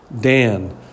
Dan